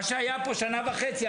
מה שהיה פה שנה וחצי,